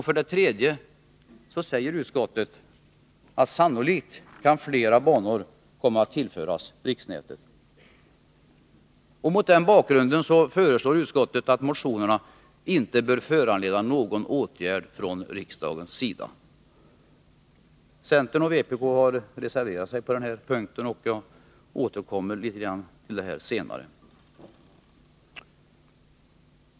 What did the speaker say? För det tredje säger utskottet att flera banor sannolikt kan komma att tillföras riksnätet. Mot denna bakgrund anser utskottet att motionerna inte bör föranleda någon åtgärd från riksdagens sida. Centern och vpk har reserverat sig på den här punkten. Jag återkommer senare till det.